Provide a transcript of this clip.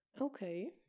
okay